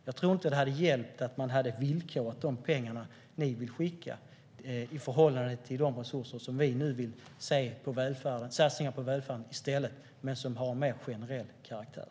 Jag tror inte att det hade hjälpt om man hade villkorat de pengar ni vill skicka i förhållande till de satsningar som vi nu vill se till välfärden och som är av mer generell karaktär.